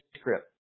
script